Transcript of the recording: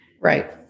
right